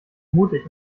mutig